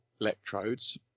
electrodes